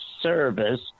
service